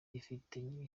rifitanye